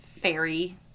fairy